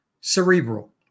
Cerebral